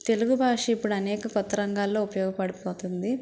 తెలుగు భాష ఇప్పుడు అనేక కొత్త రంగాల్లో ఉపయోగపడిపోతుంది